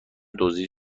دزدیده